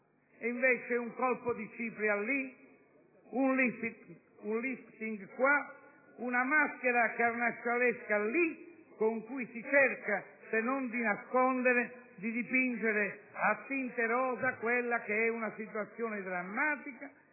Invece, con un colpo di cipria lì, un *lifting* là e una maschera carnascialesca qua si cerca, se non di nascondere, di dipingere a tinte rosee una situazione drammatica